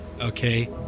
okay